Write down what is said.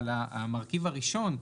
אבל המרכיב הראשון,